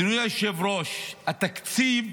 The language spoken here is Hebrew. אדוני היושב-ראש, התקציב,